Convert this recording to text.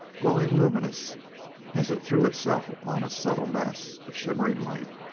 glowingly luminous as it threw itself upon a subtle mass of shimmering light,